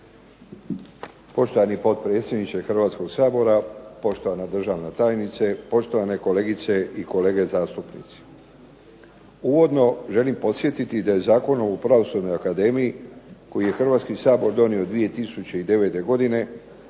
Poštovani potpredsjedniče Hrvatskog sabora, poštovana državna tajnice, poštovane kolegice i kolege zastupnici. Uvodno želim podsjetiti da je Zakon o pravosudnoj akademiji, koji je Hrvatski sabor donio 2009. godine,